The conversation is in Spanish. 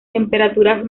temperaturas